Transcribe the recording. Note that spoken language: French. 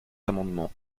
amendements